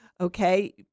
okay